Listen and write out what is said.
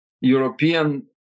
European